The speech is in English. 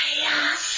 Yes